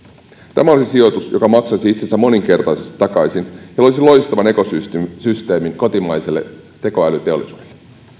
tämä olisi sijoitus joka maksaisi itsensä moninkertaisesti takaisin ja loisi loistavan ekosysteemin kotimaiselle tekoälyteollisuudelle